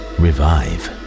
revive